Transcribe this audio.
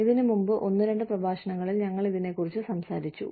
ഇതിനുമുമ്പ് ഒന്നു രണ്ട് പ്രഭാഷണങ്ങളിൽ ഞങ്ങൾ ഇതിനെക്കുറിച്ച് കുറച്ച് സംസാരിച്ചു